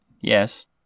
Yes